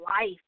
life